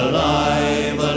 Alive